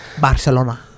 Barcelona